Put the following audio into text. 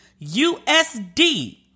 USD